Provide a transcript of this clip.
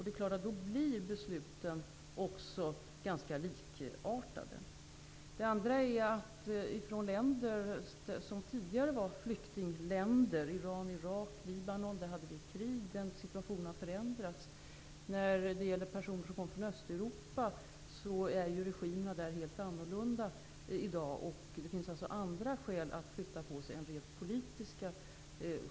Då blir naturligtvis besluten också ganska likartade. Dessutom har situationen förändrats i länder som tidigare var flyktingländer, t.ex. Iran, Irak och Libanon, där det tidigare var krig. Regimerna i Östeuropa är också i dag helt annorlunda, och det finns därför andra skäl att flytta på sig än rent politiska.